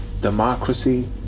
democracy